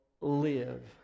live